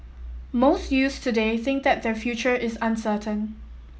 most youths today think that their future is uncertain